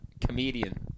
comedian